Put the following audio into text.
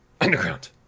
Underground